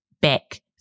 back